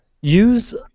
Use